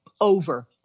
over